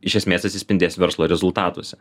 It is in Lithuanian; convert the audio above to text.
iš esmės atsispindės verslo rezultatuose